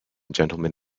gentleman